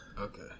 Okay